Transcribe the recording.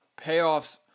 payoffs